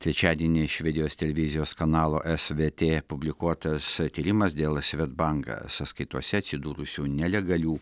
trečiadienį švedijos televizijos kanalo svt publikuotas tyrimas dėl swedbank sąskaitose atsidūrusių nelegalių